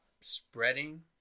spreading